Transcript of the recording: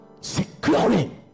Securing